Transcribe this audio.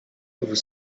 vous